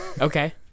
Okay